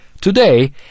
Today